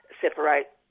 separate